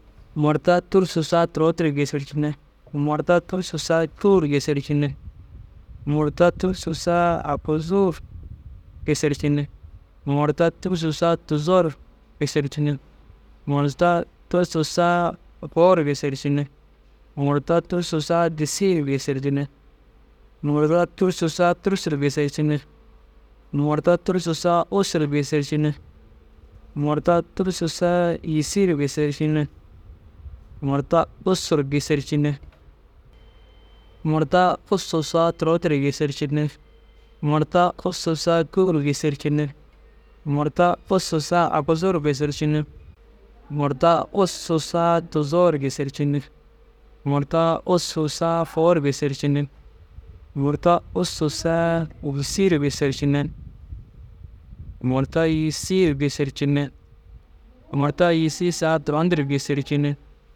Murta tûrusu saa turon dir gêsercinne, murta tûrusu saa cûu ru gêsercinne, murta tûrusu saaa aguzuu ru gêsercinne, murta tûrusu saa tuzoo ru gêsercinne, murta tûrusu saa fôu ru gêsercinne, murta tûrusu saa disii ru gêsercinne, murta tûrusu saa tûrusu ru gêsercinne, murta tûrusu saa ussu ru gêsercinne, murta tûrusu saa yîsii ru gêsercinnre, murta ussu ru gêsercinne. Murta ussu saa turon dir gêsercinne, murta ussu saa cûu ru gêsercinne, murta ussu saa aguzuu ru gêsercinne, murta ussu saa tuzoo ru gêsercinne, murta ussu saa fôu ru gêssercinne, murta ussu saa yîsii ru gêsercinne, murta yîsii ru gêsercinne. Murta yîsii saa turon dir gêsercinne.